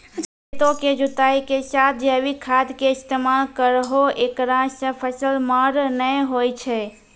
खेतों के जुताई के साथ जैविक खाद के इस्तेमाल करहो ऐकरा से फसल मार नैय होय छै?